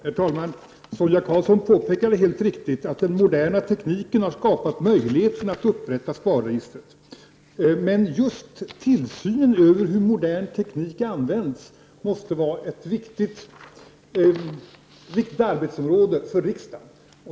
Herr talman! Sonia Karlsson påpekade helt riktigt att den moderna tekniken har skapat möjligheten att upprätta SPAR-registret. Men just tillsynen över hur modern teknik används måste vara ett viktigt arbetsområde för riksdagen.